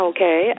Okay